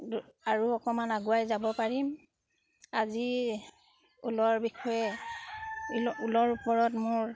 আৰু অকণমান আগুৱাই যাব পাৰিম আজি ঊলৰ বিষয়ে ঊ ঊলৰ ওপৰত মোৰ